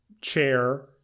chair